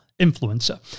influencer